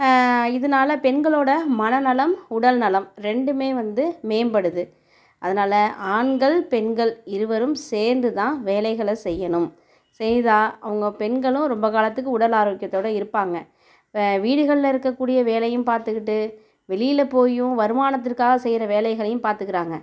இதனால பெண்களோடய மனநலம் உடல் நலம் ரெண்டுமே வந்து மேம்படுது அதனால ஆண்கள் பெண்கள் இருவரும் சேர்ந்துதான் வேலைகளை செய்யணும் செய்தால் அவங்க பெண்களும் ரொம்ப காலத்துக்கு உடல் ஆரோக்கியத்தோடு இருப்பாங்க வீடுகளில் இருக்க கூடிய வேலையும் பார்த்துகிட்டு வெளியில் போயும் வருமானத்திற்காக செய்கிற வேலைகளையும் பாத்துக்கிறாங்க